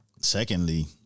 secondly